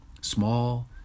Small